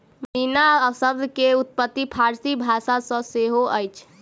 पश्मीना शब्द के उत्पत्ति फ़ारसी भाषा सॅ सेहो अछि